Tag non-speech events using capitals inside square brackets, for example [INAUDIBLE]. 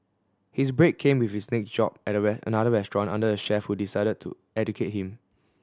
his break came with his next job [UNINTELLIGIBLE] at another restaurant under a chef who decided to educate him